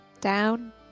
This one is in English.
down